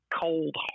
cold